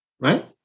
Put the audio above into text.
Right